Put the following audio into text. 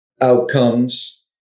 outcomes